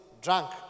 drunk